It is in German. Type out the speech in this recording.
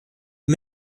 die